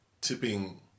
tipping